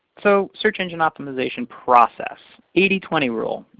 so search engine optimization process. eighty twenty rule.